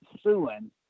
suing